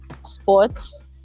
sports